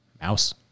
Mouse